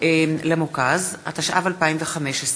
ערך למוכ"ז), התשע"ו 2015,